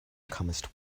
comest